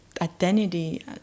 identity